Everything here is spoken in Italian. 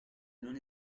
non